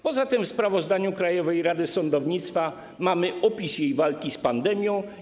Poza tym w sprawozdaniu Krajowej Rady Sądownictwa mamy opis jej walki z pandemią.